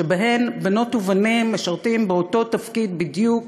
שבהם בנות ובנים משרתים באותו תפקיד בדיוק,